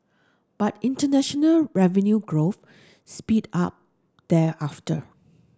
but international revenue growth speed up thereafter